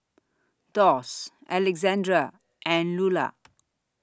Doss Alexandre and Lulla